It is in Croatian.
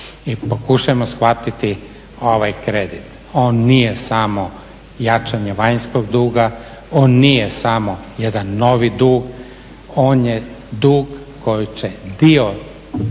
I pokušajmo shvatiti ovaj kredit, on nije samo jačanje vanjskog duga, on nije samo jedan novi dug, on je dug koji će dio